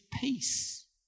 peace